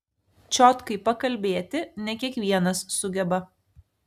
čiotkai pakalbėti ne kiekvienas sugeba